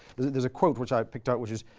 there's a quote, which i've picked out, which is,